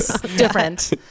different